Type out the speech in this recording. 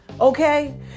Okay